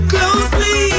Closely